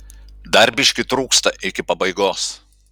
dar biškį trūksta iki pabaigos